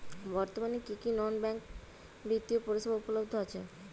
বর্তমানে কী কী নন ব্যাঙ্ক বিত্তীয় পরিষেবা উপলব্ধ আছে?